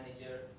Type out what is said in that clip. manager